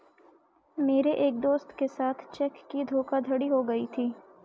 मेरे एक दोस्त के साथ चेक की धोखाधड़ी हो गयी थी